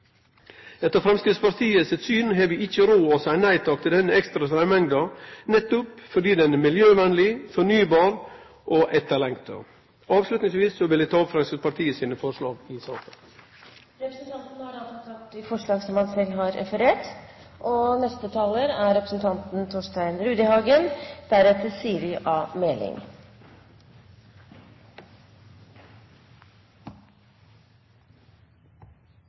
Etter Framstegspartiet sitt syn har vi ikkje råd til å seie nei takk til denne ekstra straummengda, nettopp fordi ho er miljøvenleg, fornybar og etterlengta. Til slutt vil eg ta opp Framstegspartiet sitt forslag i saka. Representanten Oskar Jarle Grimstad har tatt opp